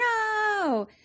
no